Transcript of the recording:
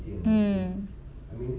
mm